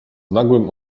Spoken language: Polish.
nagłym